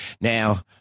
Now